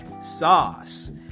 Sauce